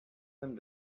them